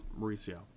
Mauricio